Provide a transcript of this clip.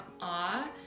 awe